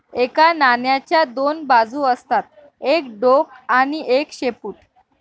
एका नाण्याच्या दोन बाजू असतात एक डोक आणि एक शेपूट